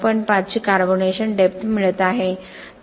5 ची carbonation depth मिळत आहे